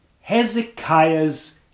Hezekiah's